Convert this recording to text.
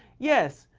yes,